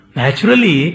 naturally